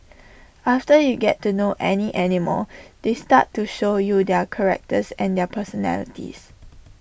after you get to know any animal they start to show you their characters and their personalities